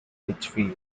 lichfield